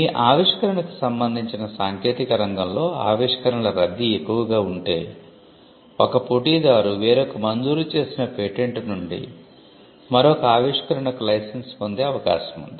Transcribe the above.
మీ ఆవిష్కరణకు సంబందించిన సాంకేతిక రంగంలో ఆవిష్కరణల రద్దీ ఎక్కువ గా ఉంటే ఒక పోటీదారు వేరొక మంజూరు చేసిన పేటెంట్ నుండి మరొక ఆవిష్కరణకు లైసెన్స్ పొందే అవకాశం ఉంది